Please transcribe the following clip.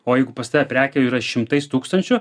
o jeigu pas tave prekių yra šimtais tūkstančių